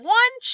one